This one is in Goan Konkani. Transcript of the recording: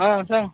आ सांग